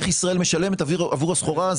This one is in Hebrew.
איך ישראל תשלם עבור הסחורה.